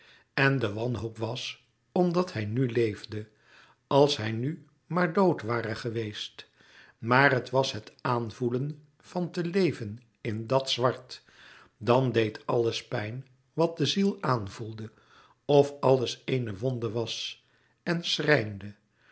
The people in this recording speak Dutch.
en de wanhoop was omdat hij nu leefde als hij nu maar dood ware geweest maar het was het aanvoelen van te leven in dat zwart dan deed alles pijn wat de ziel aanvoelde of alles éene wonde was en schrijnde